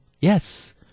yes